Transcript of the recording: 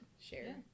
share